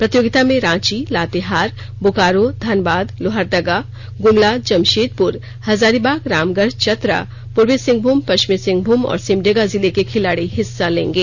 प्रतियोगिता में रांची लातेहार बोकारो धनबाद लोहरदगा गुमला जमशेदपुर हजारीबाग रामगढ़ चतरा पूर्वी सिंहभूम पश्चिमी सिंहभूम और सिमडेगा जिले के खिलाड़ी हिस्सा लेंगे